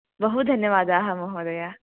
बहु धन्यवादाः महोदय